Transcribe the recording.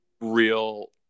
real